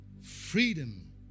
freedom